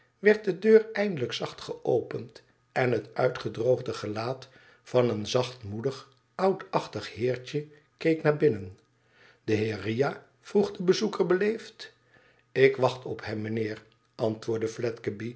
werd de deur eindelijk zacht geopend en het uitgedroogde gelaat van een zachtmoedig oudachtig heertje keek naar binnen de heer riah f vroeg de bezoeker beleefd ik wacht op hem mijnheer antwoordde